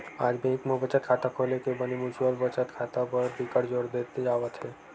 आज बेंक म बचत खाता खोले ले बने म्युचुअल बचत खाता बर बिकट जोर दे जावत हे